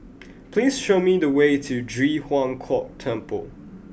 please show me the way to Ji Huang Kok Temple